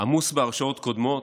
עמוס בהרשעות קודמות,